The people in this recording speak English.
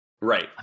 Right